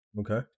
Okay